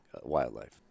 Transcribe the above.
wildlife